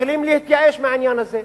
מתחילים להתייאש מהעניין הזה.